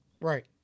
Right